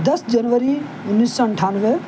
دس جنوری انیس سو اٹھانوے